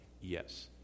Yes